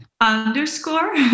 underscore